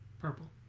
Purple